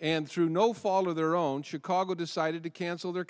and through no fault of their own chicago decided to cancel their